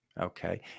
Okay